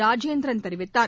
ராஜேந்திரன் தெரிவித்தார்